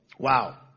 Wow